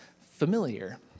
familiar